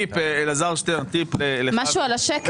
טיפ לך --- משהו על השקל?